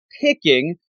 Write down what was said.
picking